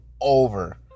over